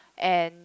and